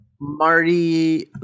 Marty